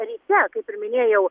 ryte kaip ir minėjau